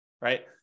right